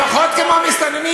תשמע, אנחנו לפחות כמו המסתננים,